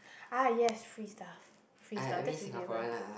ah yes free stuff free stuff that's a given